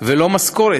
ולא משכורת.